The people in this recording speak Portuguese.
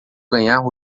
ganhar